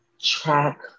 track